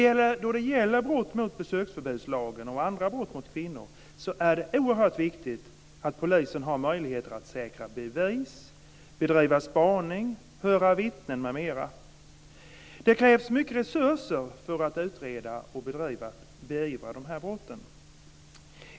När det gäller brott mot besöksförbudslagen och andra brott mot kvinnor är det oerhört viktigt att polisen har möjligheter att säkra bevis, bedriva spaning, höra vittnen, m.m. Det krävs mycket resurser för att utreda och beivra dessa brott.